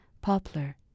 poplar